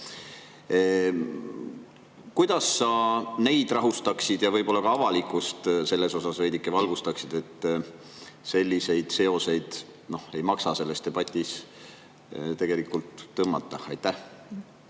Kuidas sa neid rahustaksid ja ka avalikkust sellest veidike valgustaksid, et selliseid seoseid ei maksa selles debatis tegelikult tõmmata? Aitäh,